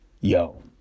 yo